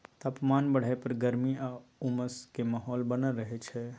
तापमान बढ़य पर गर्मी आ उमस के माहौल बनल रहय छइ